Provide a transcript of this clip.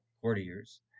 courtiers